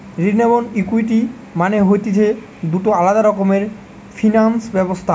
ঋণ এবং ইকুইটি মানে হতিছে দুটো আলাদা রকমের ফিনান্স ব্যবস্থা